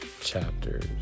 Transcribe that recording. chapters